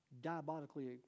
diabolically